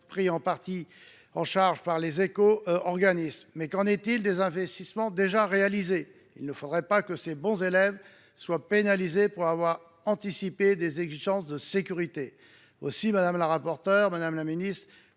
pris en charge en partie par les éco organismes. Mais qu’en est il des investissements déjà réalisés ? Il ne faudrait pas que ces bons élèves soient pénalisés pour avoir anticipé des exigences de sécurité. Aussi, madame la rapporteure, madame la ministre,